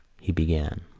he began